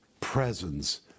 Presence